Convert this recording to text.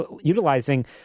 utilizing